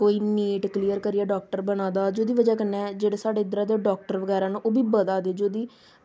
कोई NEET clear करियै doctor बना दा जेह्दी बज़ह् कन्नै जेह्ड़े साढ़े इद्धरै दे डाक्टर बगैरा न ओह् बी बधा दे जेह्दी